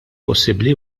possibbli